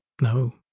No